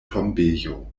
tombejo